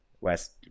west